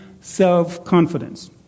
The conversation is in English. self-confidence